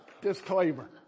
Disclaimer